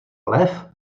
lev